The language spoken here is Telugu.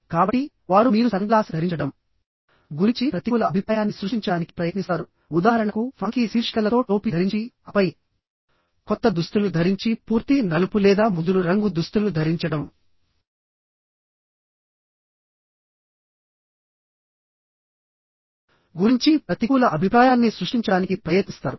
కాబట్టి వారు మీరు సన్ గ్లాసెస్ ధరించడం గురించి ప్రతికూల అభిప్రాయాన్ని సృష్టించడానికి ప్రయత్నిస్తారు ఉదాహరణకు ఫంకీ శీర్షికలతో టోపీ ధరించి ఆపై కొత్త దుస్తులు ధరించి పూర్తి నలుపు లేదా ముదురు రంగు దుస్తులు ధరించడం గురించి ప్రతికూల అభిప్రాయాన్ని సృష్టించడానికి ప్రయత్నిస్తారు